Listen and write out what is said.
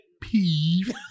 peeve